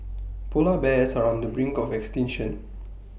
Polar Bears are on the brink of extinction